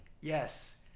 Yes